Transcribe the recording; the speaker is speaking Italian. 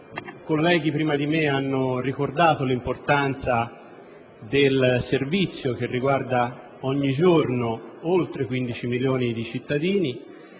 mi hanno preceduto hanno ricordato l'importanza del servizio che riguarda ogni giorno oltre 15 milioni di cittadini